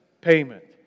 payment